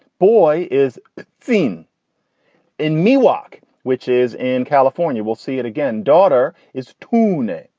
boy is thene in miwok which is in california. we'll see it again. daughter is toonie.